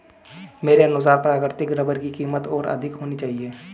मेरे अनुसार प्राकृतिक रबर की कीमत और अधिक होनी चाहिए